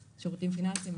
הציפייה היא שלקוח,